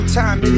time